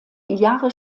jahre